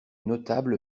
notable